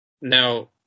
now